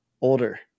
older